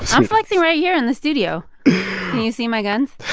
i'm flexing right here in the studio. can you see my guns?